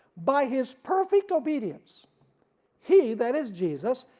by his perfect obedience he, that is jesus,